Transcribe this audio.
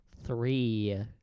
Three